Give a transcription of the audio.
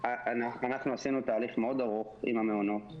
אנחנו עשינו תהליך מאוד ארוך עם המעונות,